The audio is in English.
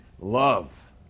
love